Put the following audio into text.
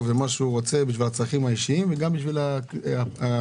בשביל הצרכים האישיים וגם בשביל הכלל.